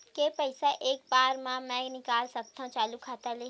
के पईसा एक बार मा मैं निकाल सकथव चालू खाता ले?